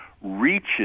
reaches